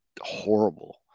horrible